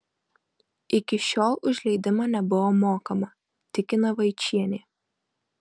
iki šiol už leidimą nebuvo mokama tikina vaičienė